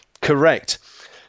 Correct